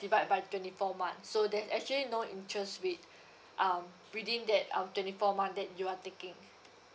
devide by twenty four month so there's actually no interest with um within that um twenty four month that you're taking